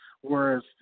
whereas